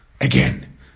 Again